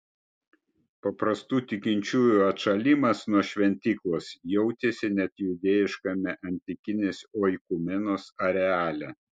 paprastų tikinčiųjų atšalimas nuo šventyklos jautėsi net judėjiškame antikinės oikumenos areale